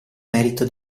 merito